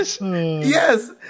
Yes